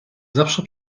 zawsze